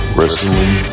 Wrestling